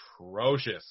atrocious